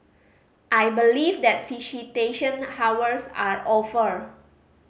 I believe that visitation hours are over